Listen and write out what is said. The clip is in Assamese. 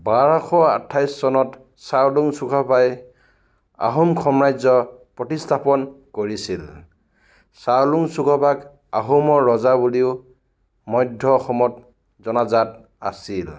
বাৰশ আঠাইছ চনত চাওলুং চুকাফাই আহোম সাম্ৰাজ্য প্ৰতিষ্ঠাপন কৰিছিল চাওলুং চুকাফাক আহোমৰ ৰজা বুলিও মধ্য অসমত জনাজাত আছিল